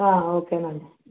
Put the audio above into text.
okay అండి